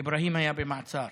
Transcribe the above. אבראהים היה במעצר,